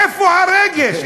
איפה הרגש?